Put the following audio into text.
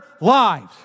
lives